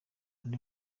undi